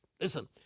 listen